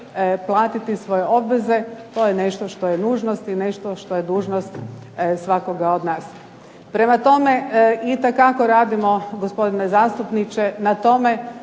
platiti svoje obveze, to je nešto što je nužnost i nešto što je dužnost svakoga od nas. Prema tome, itekako radimo gospodine zastupniče na tome